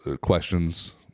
questions